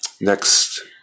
next